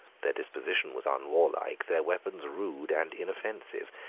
their disposition was unwarlike, their weapons rude and inoffensive.